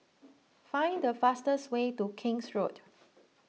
find the fastest way to King's Road